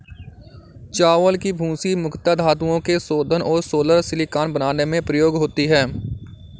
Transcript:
चावल की भूसी मुख्यता धातुओं के शोधन और सोलर सिलिकॉन बनाने में प्रयोग होती है